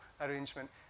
arrangement